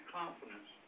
confidence